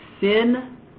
sin